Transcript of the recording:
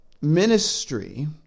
ministry